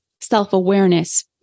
self-awareness